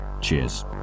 Cheers